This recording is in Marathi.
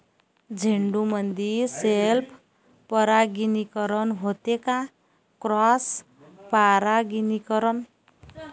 झेंडूमंदी सेल्फ परागीकरन होते का क्रॉस परागीकरन?